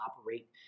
operate